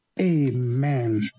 Amen